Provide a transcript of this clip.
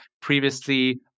previously